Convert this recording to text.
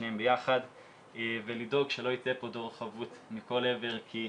שניהם ביחד ולדאוג שלא ייצא פה דור חבוט מכל עבר כי,